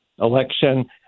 election